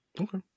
okay